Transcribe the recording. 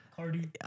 Cardi